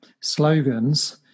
slogans